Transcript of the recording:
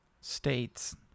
states